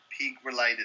pig-related